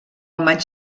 maig